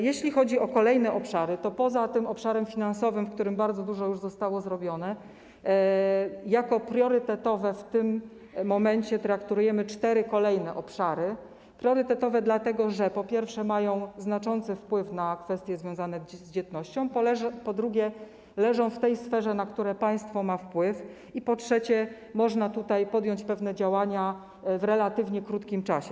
Jeśli chodzi o kolejne obszary, to poza tym obszarem finansowym, w którym bardzo dużo już zostało zrobione, jako priorytetowe w tym momencie traktujemy cztery kolejne obszary - priorytetowe dlatego, że po pierwsze, mają znaczący wpływ na kwestie związane z dzietnością, po drugie, leżą w tej sferze, na którą państwo ma wpływ, i po trzecie, można tutaj podjąć pewne działania w relatywnie krótkim czasie.